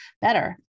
better